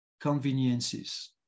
conveniences